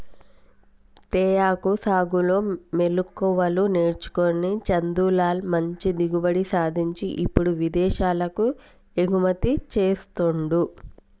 తేయాకు సాగులో మెళుకువలు నేర్చుకొని చందులాల్ మంచి దిగుబడి సాధించి ఇప్పుడు విదేశాలకు ఎగుమతి చెస్తాండు